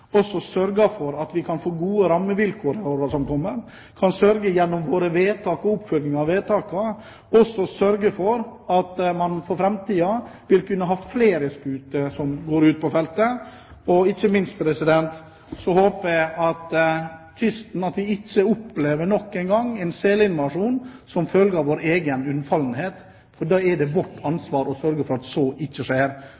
også sørger for at vi kan få gode rammevilkår i årene som kommer, at vi gjennom våre vedtak og oppfølging av vedtakene kan sørge for at det også i framtiden vil være flere skuter som går ut på feltet. Ikke minst håper jeg at kysten ikke nok en gang vil oppleve en selinvasjon som følge av vår egen unnfallenhet. Det er vårt ansvar å sørge for at så ikke skjer. Derfor er det